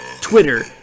Twitter